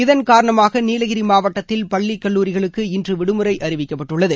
இதன் காரணமாக நீலகிரி மாவட்டத்தில் பள்ளி கல்லூரிகளுக்கு இன்று விடுமுறை அறிவிக்கப்பட்டுள்ளது